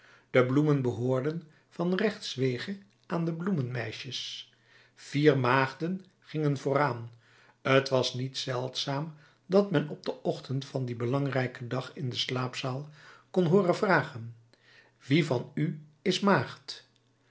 de bloemen behoorden van rechtswege aan de bloemenmeisjes vier maagden gingen vooraan t was niet zeldzaam dat men op den ochtend van dien belangrijken dag in de slaapzaal kon hooren vragen wie van u is